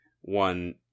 one